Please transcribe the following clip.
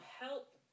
help